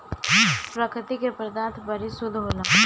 प्रकृति क पदार्थ बड़ी शुद्ध होला